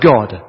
God